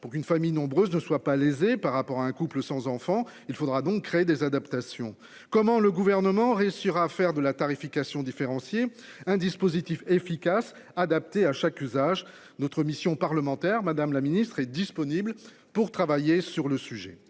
pour une famille nombreuse, ne soient pas lésés par rapport à un couple sans enfant. Il faudra donc créer des adaptations. Comment le gouvernement re-sur à faire de la tarification différenciée. Un dispositif efficace adaptée à chaque usage. Notre mission parlementaire. Madame la ministre est disponible pour travailler sur le sujet.